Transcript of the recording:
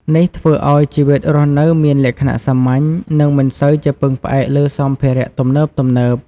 នេះធ្វើឲ្យជីវិតរស់នៅមានលក្ខណៈសាមញ្ញ និងមិនសូវជាពឹងផ្អែកលើសម្ភារៈទំនើបៗ។